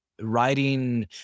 writing